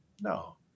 No